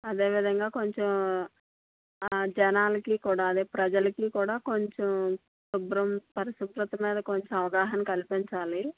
అదే విధంగా కొంచెం జనానికి కూడా అదే ప్రజలకి కూడా కొంచెం శుభ్రం పరిశుభ్రత మీద కొంచెం అవగాహన కల్పించాలి